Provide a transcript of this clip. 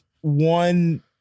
One